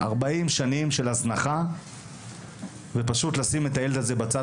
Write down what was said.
זה 40 שנים של הזנחה ופשוט לשים את הילד הזה בצד,